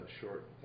short